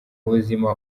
buzima